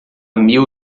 mil